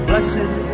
Blessed